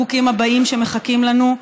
החוקים הבאים שמחכים לנו,